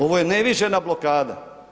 Ovo je neviđena blokada.